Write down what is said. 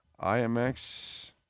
IMX